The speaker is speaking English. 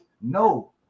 No